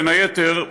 בין היתר,